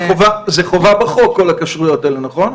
זה חובה בחוק כל הכשרויות האלה, נכון?